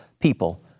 people